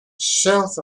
south